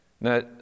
Now